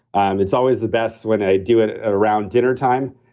and it's always the best when i do it around dinnertime,